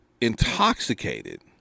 intoxicated